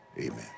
amen